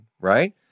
right